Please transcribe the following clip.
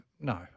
No